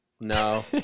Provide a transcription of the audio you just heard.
No